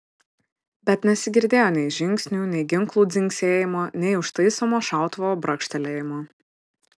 bet nesigirdėjo nei žingsnių nei ginklų dzingsėjimo nei užtaisomo šautuvo brakštelėjimo